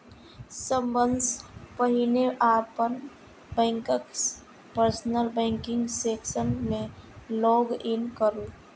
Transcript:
सबसं पहिने अपन बैंकक पर्सनल बैंकिंग सेक्शन मे लॉग इन करू